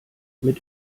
mit